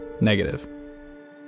negative